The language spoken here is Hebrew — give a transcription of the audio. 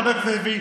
חבר הכנסת לוי,